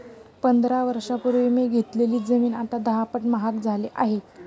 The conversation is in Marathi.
पंधरा वर्षांपूर्वी मी घेतलेली जमीन आता दहापट महाग झाली आहे